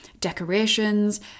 decorations